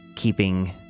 Keeping